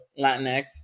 Latinx